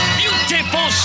beautiful